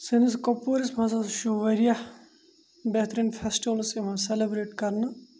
سٲنِس کۄپوورِس منٛز ہَسا چھُ واریاہ بہتریٖن فیسٹِولٕز یِوان سیٚلِبریٹ کَرنہٕ